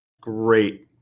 Great